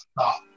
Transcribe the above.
stop